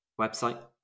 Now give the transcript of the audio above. website